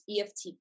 EFT